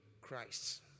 Christ